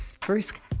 first